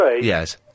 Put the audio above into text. Yes